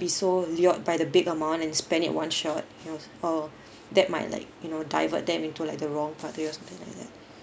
be so lured by the big amount and spend it one shot you know or that might like you know divert them into like the wrong path that were something like that